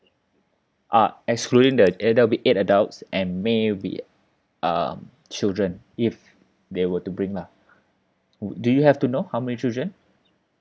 uh excluding the eight there'll be eight adults and maybe um children if they were to bring lah would do you have to know how many children